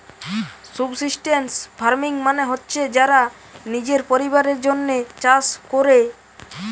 subsistence farming মানে হচ্ছে যারা নিজের পরিবারের জন্যে চাষ কোরে